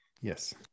Yes